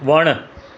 वणु